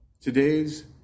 Today's